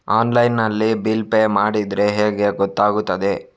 Online ನಲ್ಲಿ bill pay ಮಾಡಿದ್ರೆ ಹೇಗೆ ಗೊತ್ತಾಗುತ್ತದೆ?